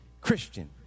Christian